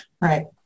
Right